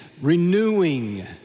renewing